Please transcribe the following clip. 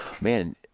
man